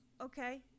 Okay